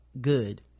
good